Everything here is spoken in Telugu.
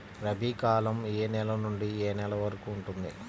రబీ కాలం ఏ నెల నుండి ఏ నెల వరకు ఉంటుంది?